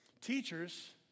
Teachers